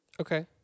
Okay